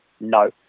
No